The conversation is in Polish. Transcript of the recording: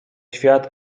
świat